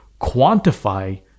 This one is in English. quantify